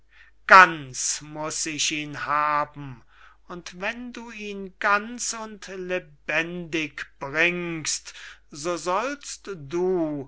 ganz muß ich ihn haben und wenn du ihn ganz und lebendig bringst so sollst du